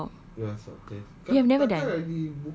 swab you have never done